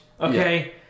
Okay